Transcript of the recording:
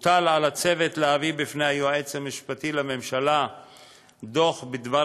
הוטל על הצוות להביא בפני היועץ המשפטי לממשלה דוח בדבר